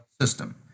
system